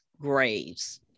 graves